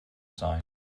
sign